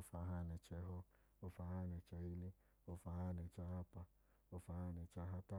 Ofahanẹ-chigwẹhọ, ofahanẹ-chigwẹhili, ofahanẹ-chigwahapa, ofahanẹ-chigwahata,